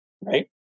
Right